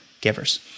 givers